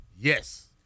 Yes